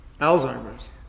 Alzheimer's